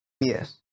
Yes